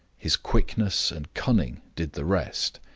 his quickness and cunning, did the rest.